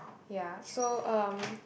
ya so um